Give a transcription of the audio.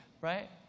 right